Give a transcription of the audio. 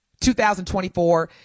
2024